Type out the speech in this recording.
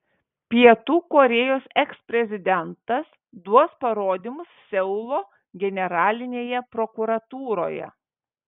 pietų korėjos eksprezidentas duos parodymus seulo generalinėje prokuratūroje